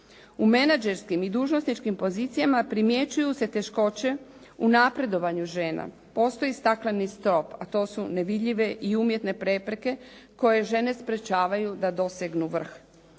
U menadžerskim i dužnosničkim pozicijama, primjećuju se poteškoće u napredovanju žena. Postoji stakleni strop, a to su nevidljive i umjetne prepreke koje žene sprečavaju da dosegnu vrh.